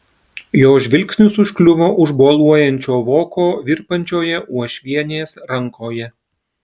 jo žvilgsnis užkliuvo už boluojančio voko virpančioje uošvienės rankoje